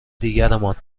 دیگرمان